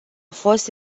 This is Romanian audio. fost